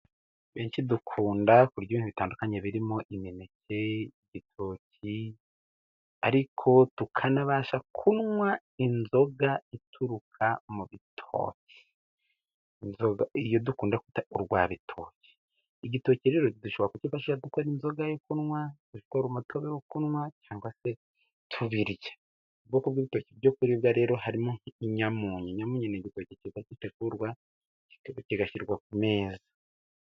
Benshi dukunda kurya ibintu bitandukanye birimo imineke, ibitoki, ariko tukanabasha kunywa inzoga ituruka mu bitoki. Inzoga iyo dukunda urwabitoki. Igitoki rero dushobora kukifashasha dukora inzoga yo kunywa, dukora umutobe wo kunywa cyangwa se tubirya. Ubwoko bw'ibitoki byo kuribwa rero harimo inyamunyu. Inyamunyo ni igitoki gitegurwa kigashyirwa ku meza.